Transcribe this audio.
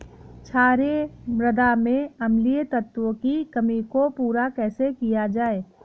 क्षारीए मृदा में अम्लीय तत्वों की कमी को पूरा कैसे किया जाए?